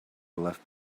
left